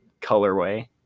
colorway